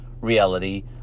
reality